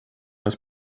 was